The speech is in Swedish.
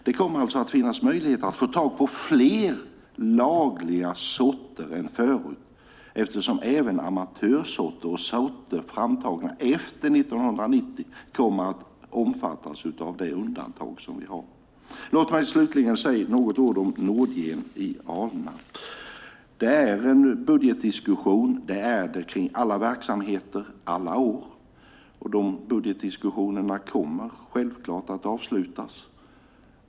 Det kommer alltså att finnas möjligheter att få tag på fler lagliga sorter än förut eftersom även amatörsorter och sorter framtagna efter 1990 kommer att omfattas av det undantag som vi har. Låt mig slutligen säga några ord om Nordgen i Alnarp. Det förs en budgetdiskussion. Det görs kring alla verksamheter alla år. Dessa budgetdiskussioner kommer självklart att avslutas.